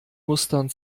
mustern